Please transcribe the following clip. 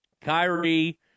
Kyrie